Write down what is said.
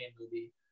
movie